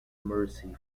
mersey